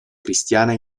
cristiana